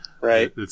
Right